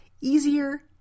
easier